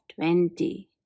twenty